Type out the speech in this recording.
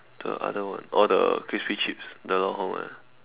the other one oh the crispy chips the lao hong [one] ah